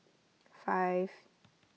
five